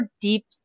deep